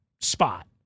spot